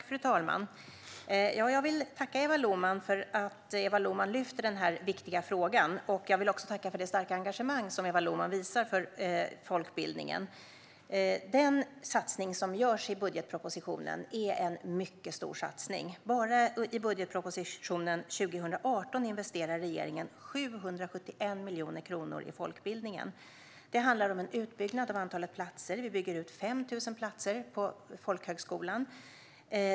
Fru talman! Jag vill tacka Eva Lohman för att hon lyfter fram denna viktiga fråga. Jag vill också tacka för det starka engagemang som hon visar för folkbildningen. Den satsning som görs i budgetpropositionen är en mycket stor satsning. Bara i budgetpropositionen 2018 investerar regeringen 771 miljoner kronor i folkbildningen. Det handlar om en utbyggnad av antalet platser. Vi bygger ut med 5 000 platser i folkhögskolan.